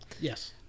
Yes